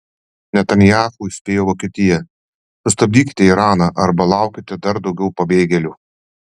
netanyahu įspėjo vokietiją sustabdykite iraną arba laukite dar daugiau pabėgėlių